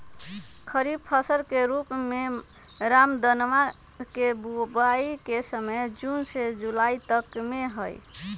खरीफ फसल के रूप में रामदनवा के बुवाई के समय जून से जुलाई तक में हई